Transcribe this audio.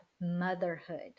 motherhood